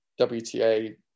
WTA